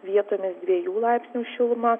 vietomis dviejų laipsnių šilumą